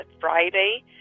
Friday